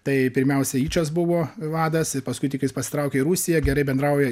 tai pirmiausia yčas buvo vadas paskui tik jis pasitraukė į rusiją gerai bendrauja